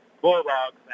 Bulldogs